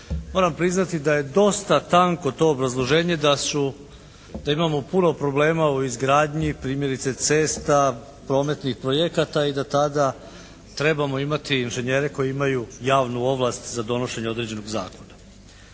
moram priznati da je dosta tanko to obrazloženje da su, da imamo puno problema u izgradnji primjerice cesta, prometnih projekata i da tada trebamo imati inženjere koji imaju javnu ovlast za donošenje određenog zakona.